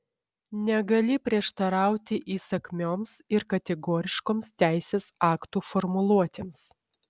negali prieštarauti įsakmioms ir kategoriškoms teisės aktų formuluotėms